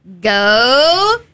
go